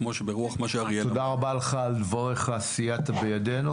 כמו ברוח דברי אריאל.